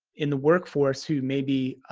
in the workforce who maybe